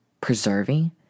preserving